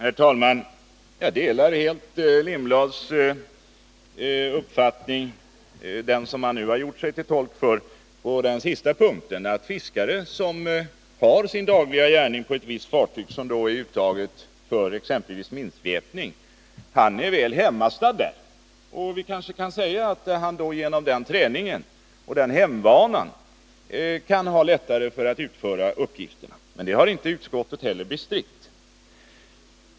Herr talman! Jag delar helt den uppfattning som Hans Lindblad nu har gjort sig till tolk för. Det gäller den sista punkten, att en fiskare som har sin dagliga gärning på ett visst fartyg som är uttaget för exempelvis minsvepning är väl hemmastadd ombord. Vi kanske kan säga att det genom den träningen och den hemvanan kan vara lättare för honom att utföra de militära uppgifterna. Det har utskottet heller inte bestritt.